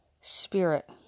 spirit